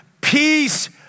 Peace